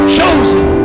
chosen